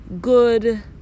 good